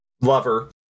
lover